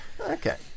Okay